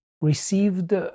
received